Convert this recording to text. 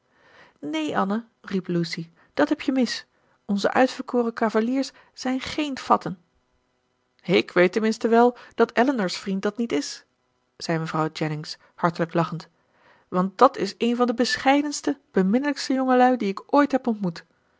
neen anne riep lucy dat heb je mis onze uitverkoren cavaliers zijn geen fatten ik weet ten minste wel dat elinor's vriend dat niet is zei mevrouw jennings hartelijk lachend want dàt is een van de bescheidenste beminnelijkste jongelui die ik ooit heb ontmoet